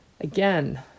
Again